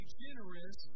generous